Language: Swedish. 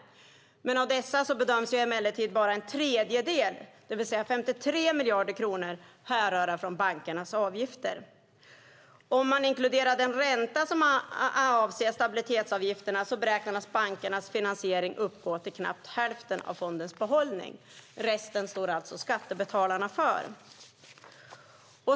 Av dessa bedöms emellertid endast en tredjedel, det vill säga 53 miljarder kronor, härröra från bankernas avgifter. Om man dessutom inkluderar den ränta som avser stabilitetsavgifterna beräknas bankernas finansiering uppgå till knappt hälften av fondens behållning. Resten står alltså skattebetalarna för.